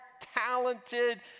talented